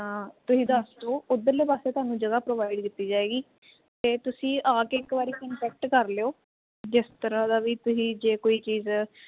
ਤਾਂ ਤੁਸੀਂ ਦੱਸ ਦੋ ਉਧਰਲੇ ਪਾਸੇ ਤੁਹਾਨੂੰ ਜਗ੍ਹਾ ਪ੍ਰੋਵਾਈਡ ਕੀਤੀ ਜਾਏਗੀ ਤੇ ਤੁਸੀਂ ਆ ਕੇ ਇੱਕ ਵਾਰੀ ਕੋਟੈਕਟ ਕਰ ਲਿਓ ਜਿਸ ਤਰ੍ਹਾਂ ਦਾ ਵੀ ਤੁਸੀਂ ਜੇ ਕੋਈ ਚੀਜ਼